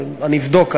ואני אבדוק.